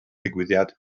digwyddiad